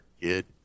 kid